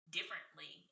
Differently